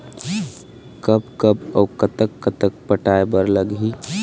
कब कब अऊ कतक कतक पटाए बर लगही